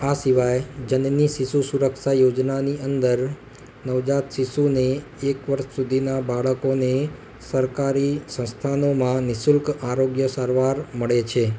આ સિવાય જનની શિશુ સુરક્ષા યોજનાની અંદર નવજાત શિશુને એક વર્ષ સુધીનાં બાળકોને સરકારી સંસ્થાનોમાં નિઃશુલ્ક આરોગ્ય સારવાર મળે છે